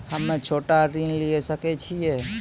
हम्मे छोटा ऋण लिये सकय छियै?